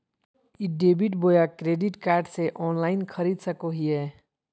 ई debit बोया credit card से online खरीद सको हिए?